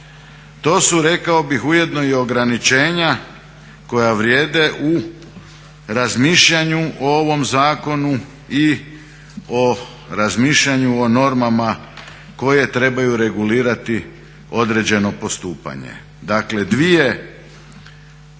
To su rekao bih ujedno i ograničenja koja vrijede u razmišljanju o ovom zakonu i o razmišljanju o normama koje trebaju regulirati određeno postupanje. Dakle, dvije